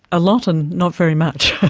a lot and not very much.